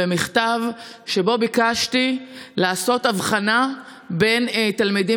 במכתב שבו ביקשתי לעשות הבחנה בין תלמידים